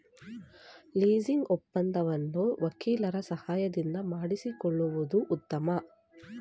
leasing ಒಪ್ಪಂದವನ್ನು ವಕೀಲರ ಸಹಾಯದಿಂದ ಮಾಡಿಸಿಕೊಳ್ಳುವುದು ಉತ್ತಮ